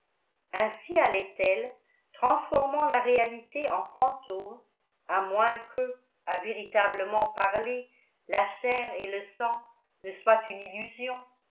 ainsi allait-elle transformant la réalité en fantômes à moins que à véritablement parler la chair et le sang ne soient une